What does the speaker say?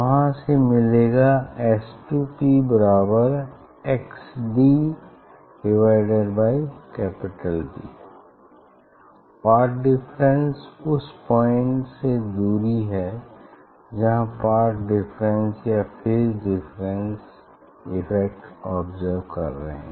वहाँ से मिलेगा S2PxdD पाथ डिफरेंस उस पॉइंट से दुरी है जहाँ पाथ डिफरेंस या फेज डिफरेंस इफ़ेक्ट ऑब्ज़र्व कर रहे हैं